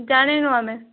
ଜାଣିନୁ ଆମେ